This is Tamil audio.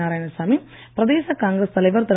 நாராயணசாமி பிரதேச காங்கிரஸ் தலைவர் திரு